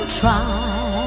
try